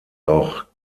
auch